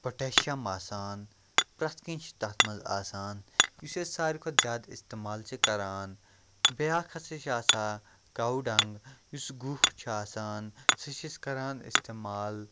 potassium آسان پرٛٮ۪تھ کیٚنٛہہ چھِ تَتھ منٛز آسان یُس أسۍ ساروی کھۄتہٕ زیادٕ استعمال چھِ کَران بیٛاکھ ہَسا چھِ آسان کَو ڈنٛگ یُس گُہہ چھُ آسان سُہ چھِ أسۍ کَران استعمال